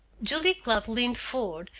julia cloud leaned forward,